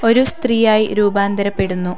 ഒരു സ്ത്രീയായി രൂപാന്തരപ്പെടുന്നു